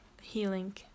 healing